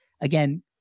again